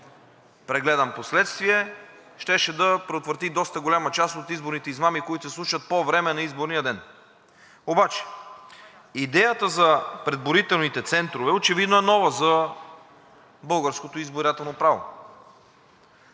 прегледан впоследствие, щеше да предотврати доста голяма част от изборните измами, които се случват по време на изборния ден. Обаче идеята за преброителните центрове очевидно е нова за българското избирателно право.